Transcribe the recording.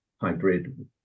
hybrid